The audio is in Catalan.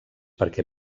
perquè